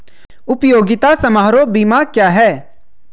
उपयोगिता समारोह बीमा क्या है?